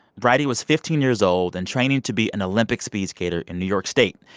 bridie was fifteen years old and training to be an olympic speedskater in new york state.